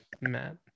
Matt